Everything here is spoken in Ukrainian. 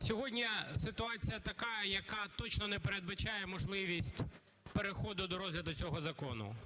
сьогодні ситуація така, яка точно не передбачає можливість переходу до розгляду цього закону.